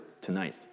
tonight